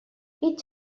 each